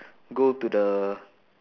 go to the